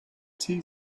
tea